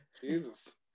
jesus